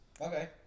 Okay